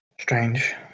strange